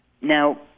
Now